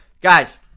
guys